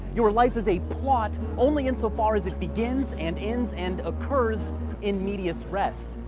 your life is a plot only in so far as it begins and ends and occurs in medias res.